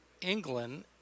England